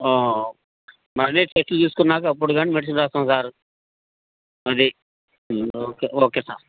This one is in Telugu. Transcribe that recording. మరి చెక్ చేసుకున్నాక అప్పుడు గాని మెడిసిన్ రాస్తాం సార్ అది ఓకే ఓకే సార్